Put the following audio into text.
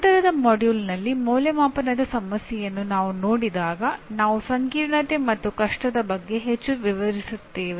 ನಂತರದ ಪಠ್ಯಕ್ರಮದಲ್ಲಿ ಮೌಲ್ಯಮಾಪನದ ಸಮಸ್ಯೆಯನ್ನು ನಾವು ನೋಡಿದಾಗ ನಾವು ಸಂಕೀರ್ಣತೆ ಮತ್ತು ಕಷ್ಟದ ಬಗ್ಗೆ ಹೆಚ್ಚು ವಿವರಿಸುತ್ತೇವೆ